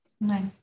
Nice